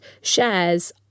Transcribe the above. shares